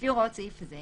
לפי הוראות סעיף זה,